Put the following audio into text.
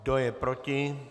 Kdo je proti?